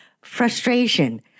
frustration